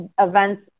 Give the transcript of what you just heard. events